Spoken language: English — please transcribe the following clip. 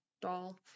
doll